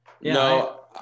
No